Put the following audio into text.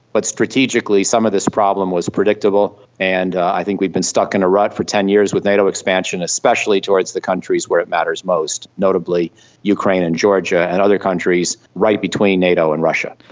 but strategically some of this problem was predictable, and i think we've been stuck in a rut for ten years with nato expansion, especially towards the countries where it matters most, notably ukraine and georgia and other countries right between nato and russia.